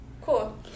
Cool